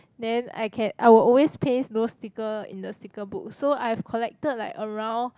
then I can I will always paste those sticker in the sticker book so I have collected like around